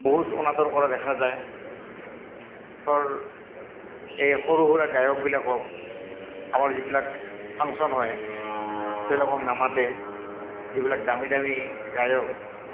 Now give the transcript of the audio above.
বহুত অনাদৰ কৰা দেখা যায় ধৰ এই সৰু সুৰা গায়কবিলাকক আমাৰ যিবিলাক ফাংচন হয় তেওঁলোকক নামাতে যিবিলাক দামী দামী গায়ক